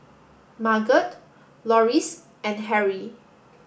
Marget Loris and Harry